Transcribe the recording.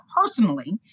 personally